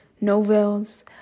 novels